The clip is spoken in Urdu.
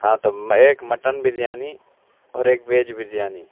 ہاں تو میں ایک مٹن بریانی اور ایک ویج بریانی